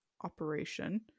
operation